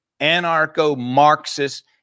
anarcho-Marxist